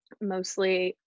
mostly